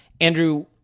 Andrew